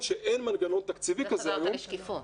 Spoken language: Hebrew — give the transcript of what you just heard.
בזה חזרת לשקיפות.